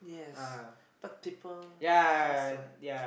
ah yeah yeah